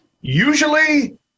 usually